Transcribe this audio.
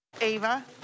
Ava